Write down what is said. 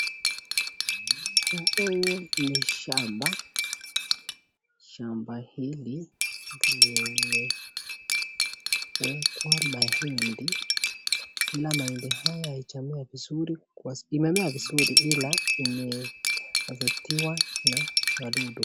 Huu ni shamba. Shamnba hili limewekwa mahindi ila mahindi haya haijamea vizuri, imemea vizuri ila imeaffectiwa na wadudu.